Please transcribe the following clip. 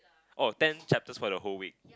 oh ten chapters for the whole week